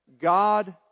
God